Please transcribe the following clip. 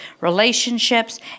relationships